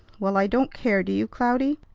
well, i don't care do you, cloudy?